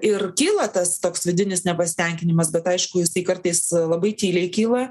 ir kyla tas toks vidinis nepasitenkinimas bet aišku kartais labai tyliai kyla